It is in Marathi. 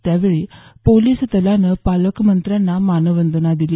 यावेळी पोलिस दलानं पालकमंत्र्यांना मानवंदना दिली